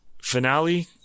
Finale